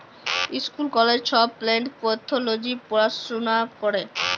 school কলেজে ছব plant pathology পড়াশুলা ক্যরে